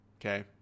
Okay